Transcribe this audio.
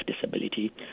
disability